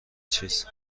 چیز